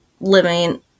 living